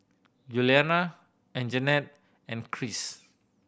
Yuliana Anjanette and Kris